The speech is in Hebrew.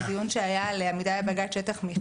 בדיון שהיה על בג"ץ שטח מחייה.